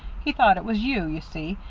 he thought it was you, you see,